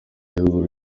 gihugu